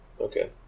Okay